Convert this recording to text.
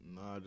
Nah